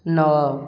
ନଅ